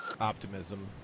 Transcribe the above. optimism